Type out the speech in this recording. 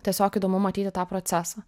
tiesiog įdomu matyti tą procesą